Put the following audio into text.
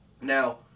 Now